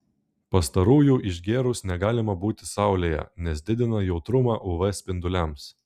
pastarųjų išgėrus negalima būti saulėje nes didina jautrumą uv spinduliams